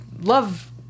love